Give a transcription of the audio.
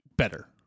Better